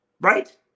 Right